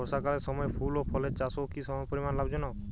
বর্ষাকালের সময় ফুল ও ফলের চাষও কি সমপরিমাণ লাভজনক?